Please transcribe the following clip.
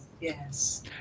yes